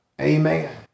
Amen